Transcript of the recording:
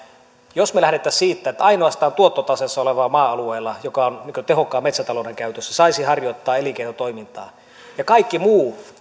jos me lähtisimme siitä että ainoastaan tuottotaseessa olevalla maa alueella joka on tehokkaan metsätalouden käytössä saisi harjoittaa elinkeinotoimintaa ja kaikki muu